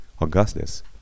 Augustus